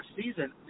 season